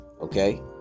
okay